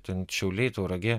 ten šiauliai tauragė